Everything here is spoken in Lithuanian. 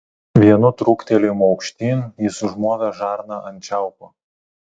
vienu trūktelėjimu aukštyn jis užmovė žarną ant čiaupo